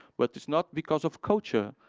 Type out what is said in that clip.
but it's not because of culture.